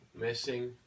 Missing